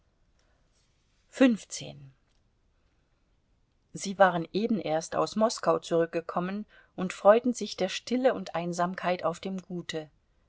sie waren eben erst aus moskau zurückgekommen und freuten sich der stille und einsamkeit auf dem gute